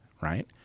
Right